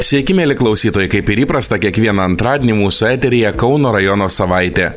sveiki mieli klausytojai kaip ir įprasta kiekvieną antradienį mūsų eteryje kauno rajono savaitė